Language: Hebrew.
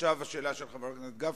עכשיו השאלה של חבר הכנסת גפני.